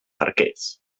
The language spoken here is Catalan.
arquers